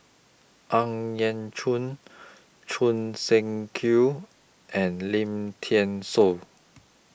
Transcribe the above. Ang Yau Choon Choon Seng Quee and Lim Thean Soo